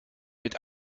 mit